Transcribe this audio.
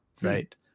Right